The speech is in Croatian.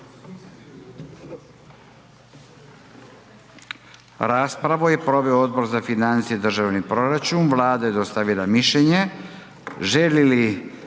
Raspravu je proveo Odbor za financije i državni proračun. Sada bih molio uvaženog